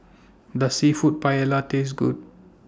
Does Seafood Paella Taste Good